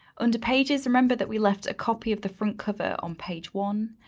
on to pages, remember that we left a copy of the front cover on page one.